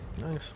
Nice